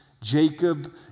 Jacob